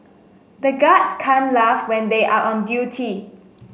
the guards can't laugh when they are on duty